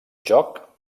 joc